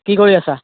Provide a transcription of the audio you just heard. কি কৰি আছা